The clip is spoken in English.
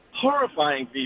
horrifying